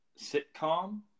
sitcom